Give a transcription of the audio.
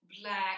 black